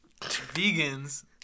Vegans